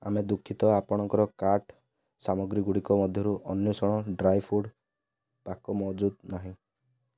ଆମେ ଦୁଃଖିତ ଆପଣଙ୍କର କାର୍ଟ ସାମଗ୍ରୀ ଗୁଡ଼ିକ ମଧ୍ୟରୁ ଅନ୍ଵେଷଣ ଡ୍ରାଇ ଫ୍ରୁଟ୍ ପାକ ମହଜୁଦ ନାହିଁ